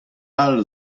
all